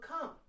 come